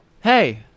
Hey